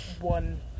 one